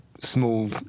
small